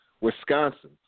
Wisconsin